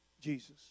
Jesus